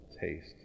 taste